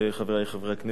חברי חברי הכנסת,